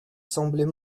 semblait